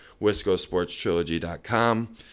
wiscosportstrilogy.com